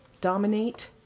dominate